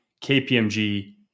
KPMG